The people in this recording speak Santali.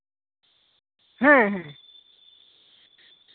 ᱦᱮᱸ ᱦᱮᱸ